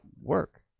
work